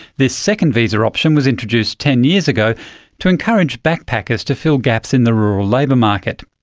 this second visa option was introduced ten years ago to encourage backpackers to fill gaps in the rural labour market.